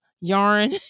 yarn